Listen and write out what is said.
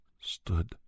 Stood